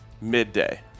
midday